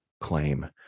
claim